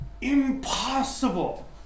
impossible